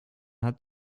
hat